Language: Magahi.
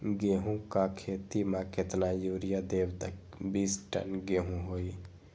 गेंहू क खेती म केतना यूरिया देब त बिस टन गेहूं होई?